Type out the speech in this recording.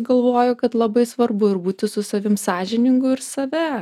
galvoju kad labai svarbu ir būti su savim sąžiningu ir save